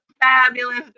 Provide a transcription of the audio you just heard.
fabulous